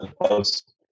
post